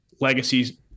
legacies